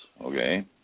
okay